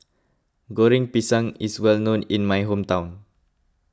Goreng Pisang is well known in my hometown